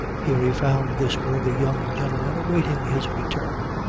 here he found this worthy young gentleman awaiting his return,